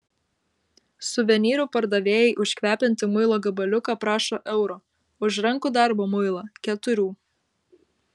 suvenyrų pardavėjai už kvepiantį muilo gabaliuką prašo euro už rankų darbo muilą keturių